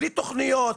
בלי תוכניות,